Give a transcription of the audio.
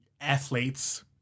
athletes